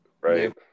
Right